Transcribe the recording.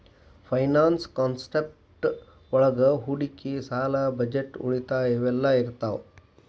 finance concept ಒಳಗ ಹೂಡಿಕಿ ಸಾಲ ಬಜೆಟ್ ಉಳಿತಾಯ ಇವೆಲ್ಲ ಇರ್ತಾವ